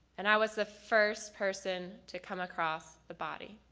and i was the first person to come across the body.